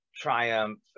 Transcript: triumph